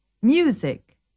Music